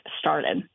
started